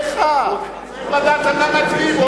למה קיצצתם תקציבים?